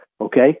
Okay